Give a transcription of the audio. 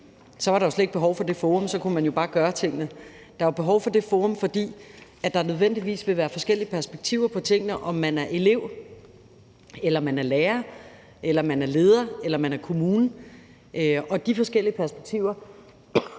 så var der slet ikke behov for det forum, og så kunne man jo bare gøre tingene. Der er jo behov for det forum, fordi der nødvendigvis vil være forskellige perspektiver på tingene, afhængigt af om man er elev eller man er lærer eller man er leder eller man er kommune, og de forskellige perspektiver